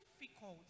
difficult